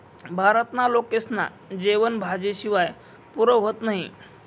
भारतना लोकेस्ना जेवन भाजी शिवाय पुरं व्हतं नही